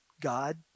God